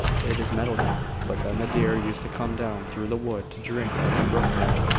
it is meadow now but then the deer used to come down through the wood to drink at the brook there.